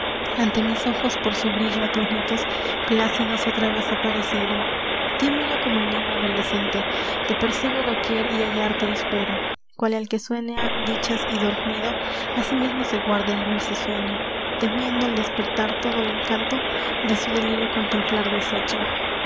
ante mis ojos por su brillo atónitos plácidos otra vez aparecieron tímido como el niño adolescente te persigo doquier y hallarte espero cual el que sueña dichas y dormido á sí mismo se guarda el dulce sueño temiendo al despertar todo el encanto de su delirio contemplar deshecho